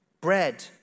Bread